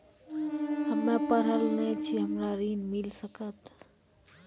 हम्मे पढ़ल न छी हमरा ऋण मिल सकत?